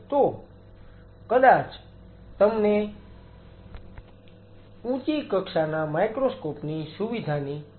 તો કદાચ તમને ઊંચી કક્ષાના માઈક્રોસ્કોપ ની સુવિધાની જરૂર પડી શકે છે